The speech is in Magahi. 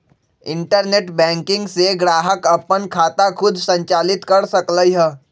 इंटरनेट बैंकिंग से ग्राहक अप्पन खाता खुद संचालित कर सकलई ह